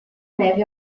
neve